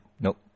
nope